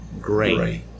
great